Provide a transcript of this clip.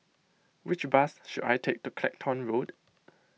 which bus should I take to Clacton Road